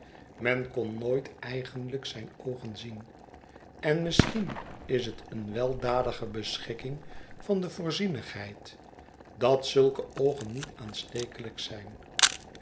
men kon nooit eigenlijk zijn oogen zien en misschien is het een weldadige beschikking van de voorzienigheid dat zulke oogen niet aanstekelijk zijn